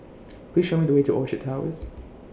Please Show Me The Way to Orchard Towers